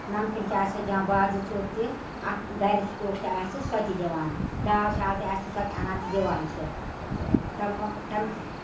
نَمکیٖن چاے سۭتۍ دِوان بازٔرۍ ژوٚٹ تہِ اَتھ گَرِچ ژوٚٹ تہِ آسہِ سۄ تہِ دِوان دال شال تہِ آسہِ سۄ تہِ اَنان تہٕ اَنان دِوان چھِ تہٕ